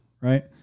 right